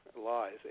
lies